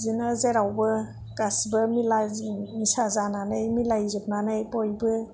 बिदिनो जेरावबो गासिबो मिला मिसा जानानै मिलाय जोबनानै बयबो